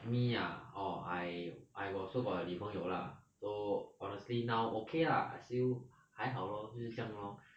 me ah orh I I also got 女朋友 lah so honestly now okay lah still 还好 lor 就是这样 lor